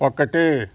ఒకటి